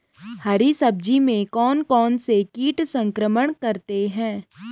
हरी सब्जी में कौन कौन से कीट संक्रमण करते हैं?